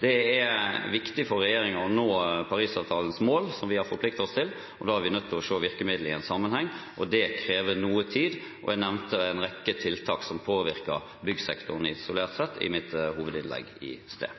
Det er viktig for regjeringen å nå Paris-avtalens mål, som vi har forpliktet oss til, og da er vi nødt til å se virkemidlene i sammenheng, og det krever noe tid. Jeg nevnte en rekke tiltak som påvirker byggsektoren isolert sett i mitt hovedinnlegg i stad.